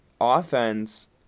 offense